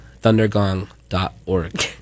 Thundergong.org